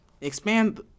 expand